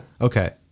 Okay